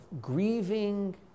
grieving